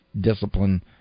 discipline